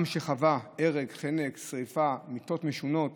עם שחווה הרג, חנק, שרפה, מיתות משונות